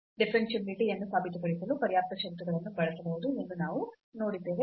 differentiability ಯನ್ನು ಸಾಬೀತುಪಡಿಸಲು ಪರ್ಯಾಪ್ತ ಷರತ್ತುಗಳನ್ನು ಬಳಸಬಹುದು ಎಂದು ನಾವು ನೋಡಿದ್ದೇವೆ